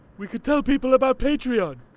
we could tell people about patreon!